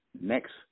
Next